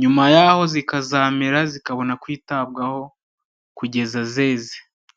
nyuma yaho zikazamera, zikabona kwitabwaho kugeza zeze.